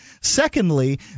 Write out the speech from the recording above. Secondly